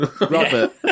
Robert